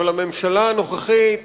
אבל הממשלה הנוכחית